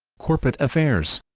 corporate affairs